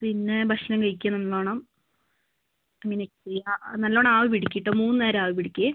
പിന്നെ ഭക്ഷണം കഴിക്കുക നന്നോണം പിന്നെ നല്ലവണ്ണം ആവി പിടിക്ക് മൂന്ന് നേരം ആവി പിടിക്ക്